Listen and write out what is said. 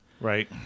Right